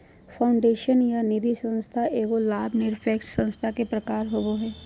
foundation या निधिसंस्था एगो लाभ निरपेक्ष संस्था के प्रकार होवो हय